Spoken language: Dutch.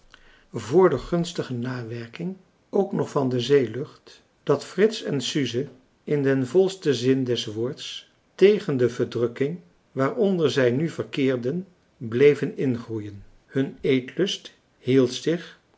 de gunstige nawerking ook nog van de zeelucht dat frits en suze in den volsten zin des woords tegen de verdrukking waaronder zij nu verkeerden bleven ingroeien hun eetlust hield zich